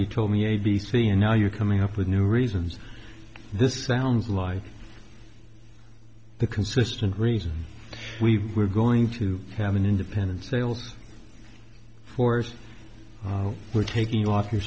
you told me a b c and now you're coming up with new reasons this sounds like the consistent reason we were going to have an independent sales force we're taking off